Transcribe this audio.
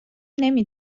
نمی